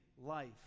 life